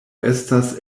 estas